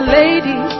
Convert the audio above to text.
lady